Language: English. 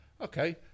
okay